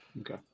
Okay